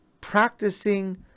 practicing